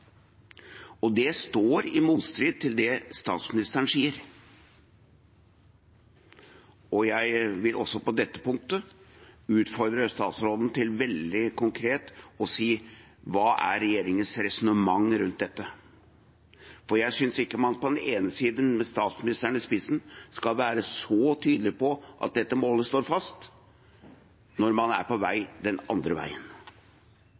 ned. Det står i motstrid til det statsministeren sier, og jeg vil også på dette punktet utfordre statsråden til veldig konkret å si hva som er regjeringens resonnement rundt dette. For jeg synes ikke man på den ene siden, med statsministeren i spissen, skal være så tydelig på at dette målet står fast, når man er på vei den andre veien.